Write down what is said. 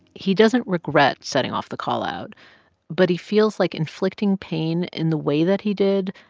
he doesn't regret setting off the call-out but he feels like inflicting pain in the way that he did,